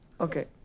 Okay